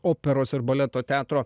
operos ir baleto teatro